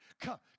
come